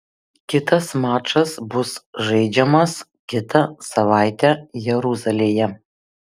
kitas mačas bus žaidžiamas kitą savaitę jeruzalėje